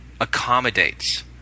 accommodates